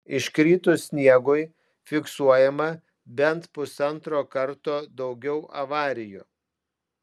iškritus sniegui fiksuojama bent pusantro karto daugiau avarijų